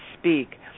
speak